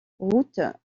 route